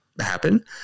happen